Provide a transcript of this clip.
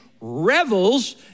revels